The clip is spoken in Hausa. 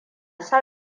son